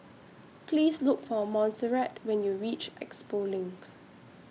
Please Look For Monserrat when YOU REACH Expo LINK